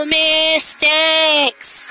mistakes